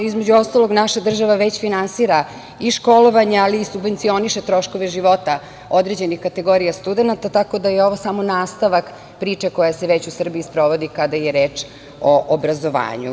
Između ostalog, naša država već finansira i školovanje, ali i subvencioniše troškove života određenih kategorija studenata, tako da je ovo samo nastavak priče koja se već u Srbiji sprovodi kada je reč o obrazovanju.